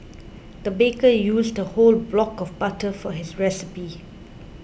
the baker used a whole block of butter for his recipe